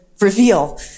reveal